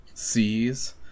sees